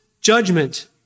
judgment